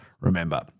remember